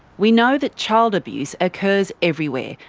we know that child abuse occurs everywhere,